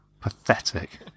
Pathetic